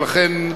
ולכן,